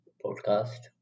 podcast